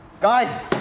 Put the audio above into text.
Guys